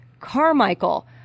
Carmichael